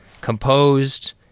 composed